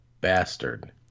bastard